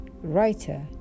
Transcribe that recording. writer